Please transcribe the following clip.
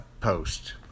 post